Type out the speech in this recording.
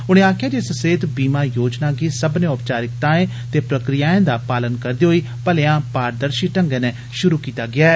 उनें आक्खेआ जे इस सेहत बीमा योजना गी सब्बने ओपचारिकताएं दे प्रक्रियाएं दा पालन करदे होई भलेआं पादर्षी ढंगै नै षुरू कीता गेआ ऐ